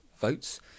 votes